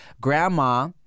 grandma